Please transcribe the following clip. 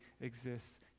exists